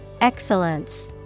Excellence